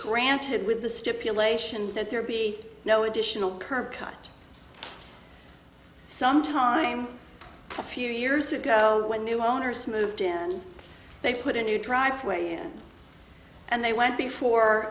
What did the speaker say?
cool ranted with the stipulation that there be no additional curb cut some time a few years ago when new owners moved in and they put a new driveway in and they went before